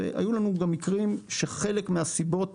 היו לנו גם מקרים שחלק מהסיבות